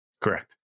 Correct